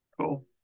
Cool